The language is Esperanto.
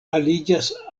aliĝas